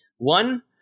One